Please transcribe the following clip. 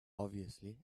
obviously